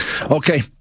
Okay